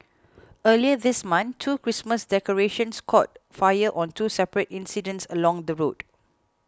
earlier this month two Christmas decorations caught fire on two separate incidents along the road